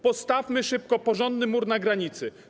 Postawmy szybko porządny mur na granicy.